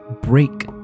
break